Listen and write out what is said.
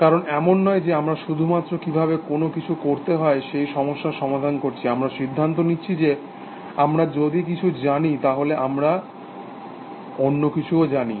কারণ এমন নয় যে আমরা শুধুমাত্র কিভাবে কোনো কিছু করতে হয় সেই সমস্যার সমাধান করছি আমরা সিদ্ধান্তও নিচ্ছি যে আমরা যদি কিছু জানি তাহলে আমরা অন্যকিছুও জানি